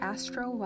Astro